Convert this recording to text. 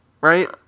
Right